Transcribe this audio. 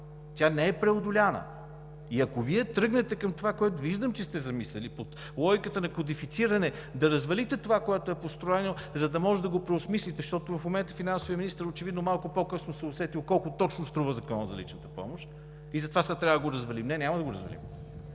Тя не е преодоляна. И ако Вие тръгнете към това, което виждам, че сте замислили, под логиката на кодифициране да развалите това, което е построено, за да можете да го преосмислите, защото в момента финансовият министър, очевидно, малко по-късно се е усетил колко точно струва Законът за личната помощ, и за това сега трябва да го развалим… Не, няма да го развалим!